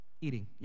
Eating